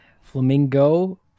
Flamingo